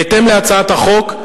בהתאם להצעת החוק,